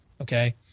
Okay